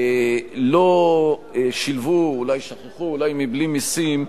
לא שילבו, אולי שכחו ואולי מבלי משים,